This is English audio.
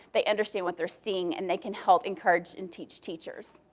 they understand what they're seeing and they can help encourage and teach teachers.